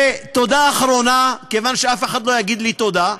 ותודה אחרונה, כיוון שאף אחד לא יגיד לי תודה,